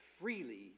freely